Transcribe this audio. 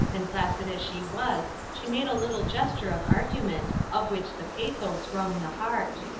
and placid as she was, she made a little gesture of argument, of which the pathos wrung the heart.